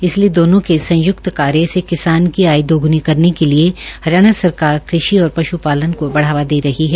इसलिए दोनों के संयुक्त कार्य से किसान की आय दोगुनी करने के लिए हरियाणा सरकार कृषि और पशुपालन को बढ़ावा दे रही है